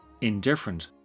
indifferent